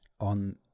on